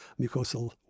mucosal